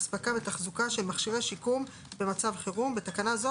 אספקה ותחזוקה של מכשירי שיקום במצב חירום (בתקנה זו,